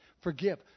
Forgive